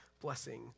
blessing